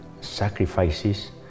sacrifices